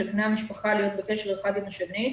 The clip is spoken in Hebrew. של בני המשפחה להיות בקשר האחד עם השני,